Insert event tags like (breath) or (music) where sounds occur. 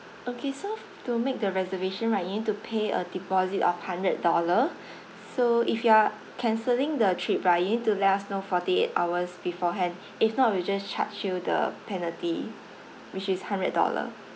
okay so to make the reservation right you need to pay a deposit of hundred dollar (breath) so if you are cancelling the trip right you need to let us know forty eight hours beforehand if not we'll just charge you the penalty which is hundred dollar